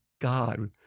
God